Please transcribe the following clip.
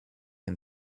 and